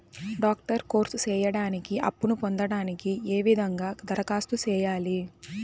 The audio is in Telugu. డాక్టర్ కోర్స్ సేయడానికి అప్పును పొందడానికి ఏ విధంగా దరఖాస్తు సేయాలి?